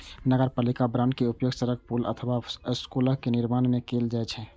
नगरपालिका बांड के उपयोग सड़क, पुल अथवा स्कूलक निर्माण मे कैल जाइ छै